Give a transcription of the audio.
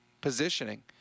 positioning